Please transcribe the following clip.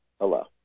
Hello